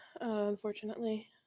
unfortunately